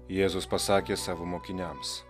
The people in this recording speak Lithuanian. jėzus pasakė savo mokiniams